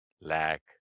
lack